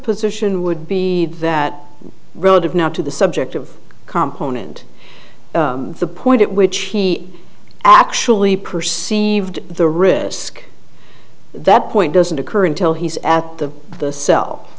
position would be that relative not to the subject of company and the point at which he actually perceived the risk that point doesn't occur until he's at the the cel